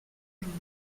jaunes